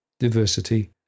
diversity